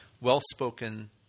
well-spoken